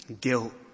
guilt